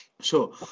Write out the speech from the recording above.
Sure